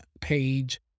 page